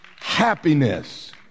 happiness